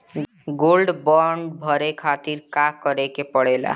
Gold bond भरे खातिर का करेके पड़ेला?